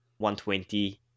120